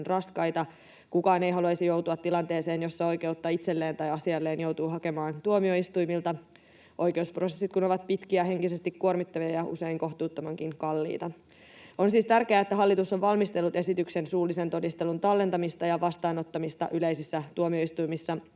raskaita. Kukaan ei haluaisi joutua tilanteeseen, jossa oikeutta itselleen tai asialleen joutuu hakemaan tuomioistuimilta, oikeusprosessit kun ovat pitkiä, henkisesti kuormittavia ja usein kohtuuttomankin kalliita. On siis tärkeää, että hallitus on valmistellut esityksen suullisen todistelun tallentamista ja vastaanottamista yleisissä tuomioistuimissa